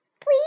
please